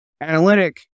Analytic